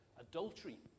adultery